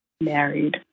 married